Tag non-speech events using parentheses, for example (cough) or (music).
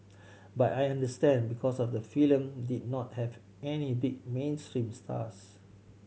(noise) but I understand because of the film did not have any big mainstream stars